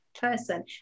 person